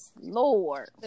lord